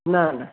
ନା ନା